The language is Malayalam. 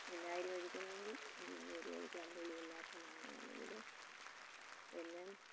വിനാഗിരി ഒഴിക്കണോങ്കിൽ വിനാഗിരി ഒഴിക്കാം പുളിയില്ലാത്ത മാങ്ങയാണെങ്കില് പിന്നെ